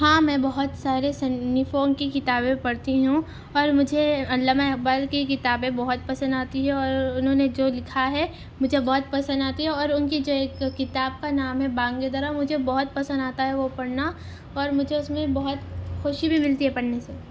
ہاں میں بہت سارے مصنفوں کی کتابیں پڑھتی ہوں اور مجھے علّامہ اقبال کی کتابیں بہت پسند آتی ہے اور انہوں نے جو لکھا ہے مجھے بہت پسند آتی ہے اور ان کی جو ایک کتاب کا نام ہے بانگِ درا مجھے بہت پسند آتا ہے وہ پڑھنا اور مجھے اس میں بہت خوشی بھی ملتی ہے پڑھنے سے